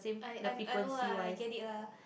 I I I know lah I get it lah